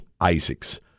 Isaacs